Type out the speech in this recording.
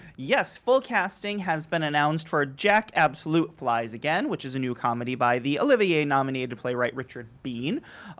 yes, full casting has been announced for jack absolute flies again which is a new comedy by the olivier nominated playwright, richard bean,